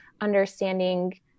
understanding